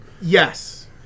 Yes